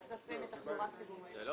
הצבעה